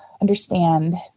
understand